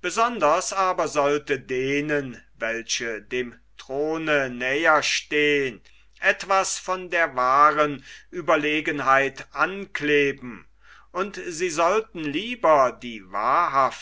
besonders aber sollte denen welche dem throne näher stehn etwas von der wahren überlegenheit ankleben und sie sollten lieber die wahrhaft